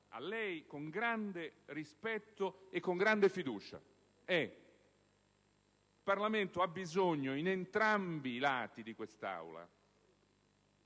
a lei con grande rispetto e grande fiducia: il Parlamento ha bisogno, in entrambi i lati di quest'Aula,